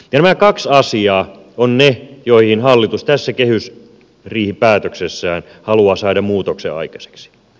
nämä kaksi asiaa ovat ne joihin hallitus tässä kehysriihipäätöksessään haluaa saada muutoksen aikaiseksi